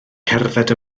cerdded